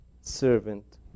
servant